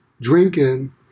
drinking